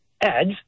ads